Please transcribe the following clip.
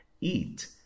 eat